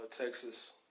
Texas